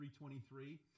3.23